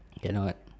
cannot